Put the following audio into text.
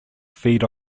feed